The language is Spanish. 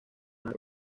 nave